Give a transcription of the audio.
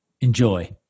Enjoy